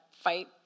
fight